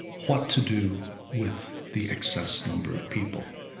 what to do with the excess number of people?